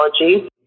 technology